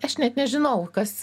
aš net nežinau kas